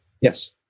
Yes